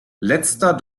letzter